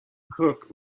cook